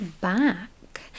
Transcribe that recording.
back